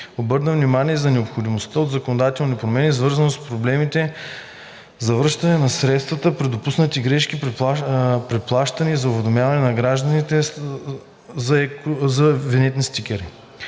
Обърна внимание и на необходимостта от законодателни промени, свързани с проблемите за връщане на средствата при допуснати грешки при плащане и за уведомяването на гражданите. Господин